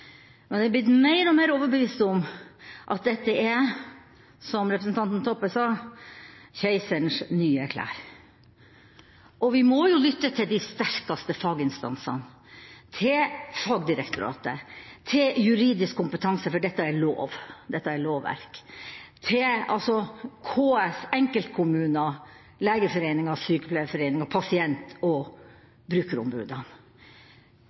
Men jeg er blitt mer og mer overbevist om at dette er – som representanten Toppe sa – keiserens nye klær. Vi må lytte til de sterkeste faginstansene, til fagdirektoratet, til juridisk kompetanse – for dette er en lov, dette er lovverk – til KS, til enkeltkommuner, til Legeforeningen, til Sykepleierforbundet og til pasient-